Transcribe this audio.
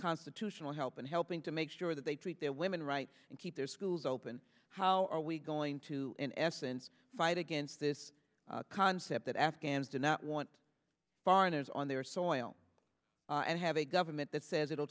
constitutional help and helping to make sure that they treat their women right and keep their schools open how are we going to in essence fight against this concept that afghans do not want foreigners on their soil and have a government that